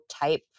type